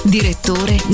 Direttore